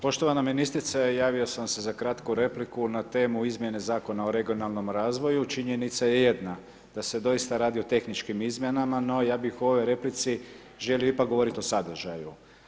Poštovana ministrice javio sam se za kratku repliku na temu Izmjene zakona o regionalnom razvoju činjenica je jedna da se doista radi o tehničkim izmjenama, no ja bih u ovoj replici želio ipak govoriti o sadržaju.